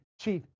Chief